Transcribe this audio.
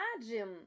imagine